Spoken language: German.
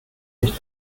nicht